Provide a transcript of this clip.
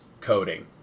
coding